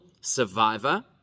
survivor